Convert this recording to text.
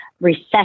Recession